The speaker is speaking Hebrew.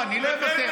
אני לא אוותר.